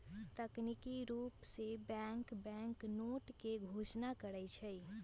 तकनिकी रूप से बैंक बैंकनोट के घोषणा करई छई